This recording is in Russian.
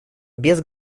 без